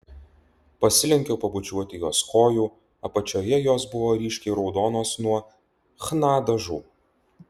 pasilenkiau pabučiuoti jos kojų apačioje jos buvo ryškiai raudonos nuo chna dažų